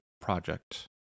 project